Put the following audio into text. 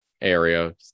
area